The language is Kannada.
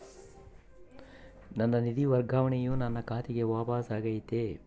ನನ್ನ ನಿಧಿ ವರ್ಗಾವಣೆಯು ನನ್ನ ಖಾತೆಗೆ ವಾಪಸ್ ಆಗೈತಿ